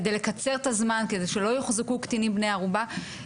כדי לקצר את הזמן כדי שלא יוחזקו קטינים בני ערובה,